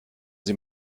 sie